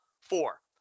four